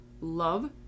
love